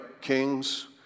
Kings